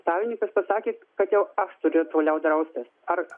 savininkas pasakė kad jau aš turiu toliau draustis ar